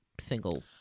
single